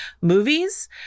movies